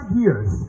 years